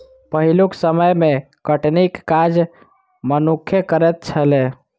पहिलुक समय मे कटनीक काज मनुक्खे करैत छलै